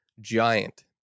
giant